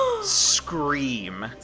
scream